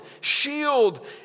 shield